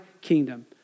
kingdom